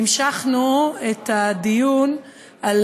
המשכנו את הדיון על